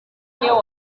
niyo